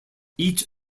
each